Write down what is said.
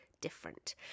different